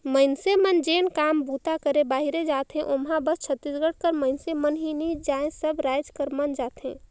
मइनसे मन जेन काम बूता करे बाहिरे जाथें ओम्हां बस छत्तीसगढ़ कर मइनसे मन ही नी जाएं सब राएज कर मन जाथें